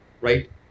right